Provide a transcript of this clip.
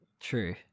True